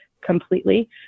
completely